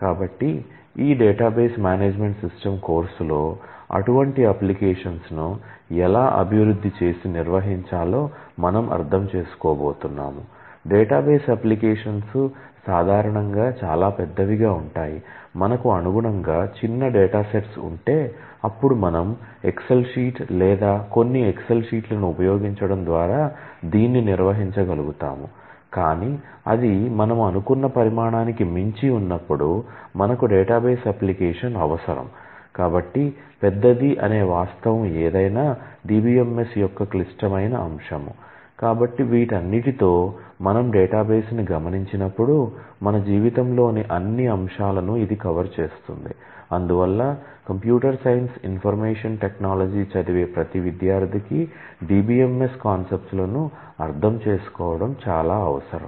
కాబట్టి ఈ database management system కోర్సులో చదివే ప్రతీ విద్యార్థికి DBMS కాన్సెప్ట్స్ లను అర్థం చేసుకోవడం చాలా అవసరం